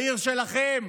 העיר שלכם,